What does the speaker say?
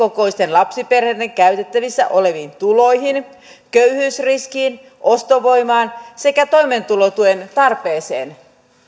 kokoisten lapsiperheiden käytettävissä oleviin tuloihin köyhyysriskiin ostovoimaan sekä toimeentulotuen tarpeeseen